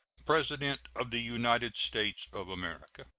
president of the united states of america.